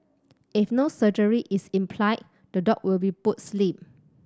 if no surgery is implied the dog will be put sleep